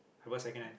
I bought second hand